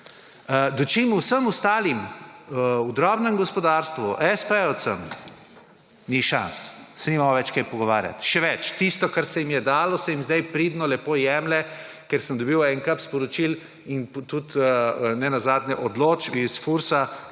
dočim vsem ostalim, v drobnem gospodarstvu espejevcem ni šans, se nimamo več kaj pogovarjati. Še več, tisto kar se jim je dalo se jim zdaj pridno lepo jemlje, ker sem dobil en kup sporočil in tudi nenazadnje odločb iz FURS,